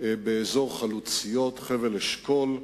באזור חלוציות, חבל-אשכול,